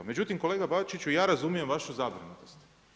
Međutim, kolega Bačiću ja razumijem vašu zabrinutost.